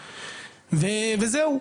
וזהו.